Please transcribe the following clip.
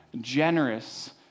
generous